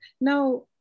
Now